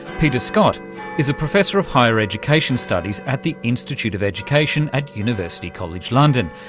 peter scott is a professor of higher education studies at the institute of education at university college london,